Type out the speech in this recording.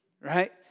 Right